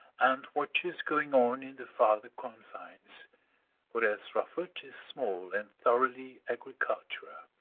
and watches going on in the farther confines whereas rufford is small and thoroughly agricultural.